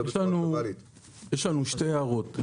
שתי הערות.